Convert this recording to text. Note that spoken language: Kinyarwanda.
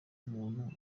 umuntu